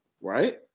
Right